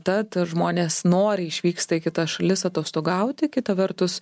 tad žmonės noriai išvyksta į kitas šalis atostogauti kita vertus